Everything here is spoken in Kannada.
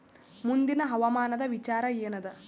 ಮುಂದಿನ ಹವಾಮಾನದ ವಿಚಾರ ಏನದ?